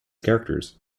characters